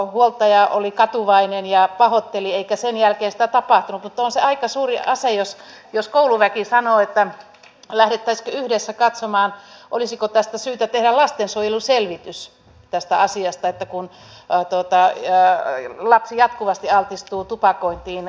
huoltaja oli katuvainen ja pahoitteli eikä sen jälkeen sitä tapahtunut mutta on se aika suuri asia jos kouluväki sanoo että lähdettäisiinkö yhdessä katsomaan olisiko syytä tehdä lastensuojeluselvitys tästä asiasta kun lapsi jatkuvasti altistuu tupakointiin koulumatkalla